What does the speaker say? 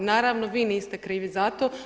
Naravno vi niste krivi za to.